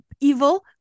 evil